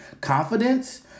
confidence